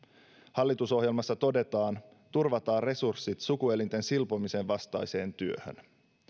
hallitusohjelmassa todetaan turvataan resurssit sukuelinten silpomisen vastaiseen työhön